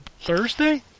Thursday